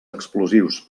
explosius